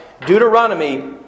Deuteronomy